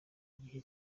gihe